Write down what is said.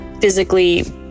Physically